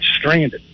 stranded